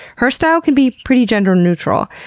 her style can be pretty gender neutral,